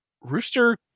rooster